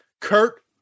Kurt